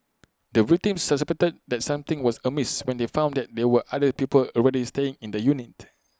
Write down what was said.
the victims suspected that something was amiss when they found that there were other people already staying in the unit